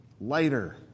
lighter